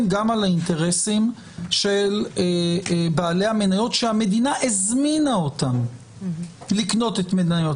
גם על האינטרסים של בעלי המניות שהמדינה הזמינה אותם לקנות את מניות